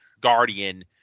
guardian